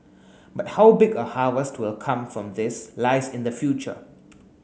but how big a harvest will come from this lies in the future